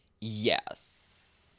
Yes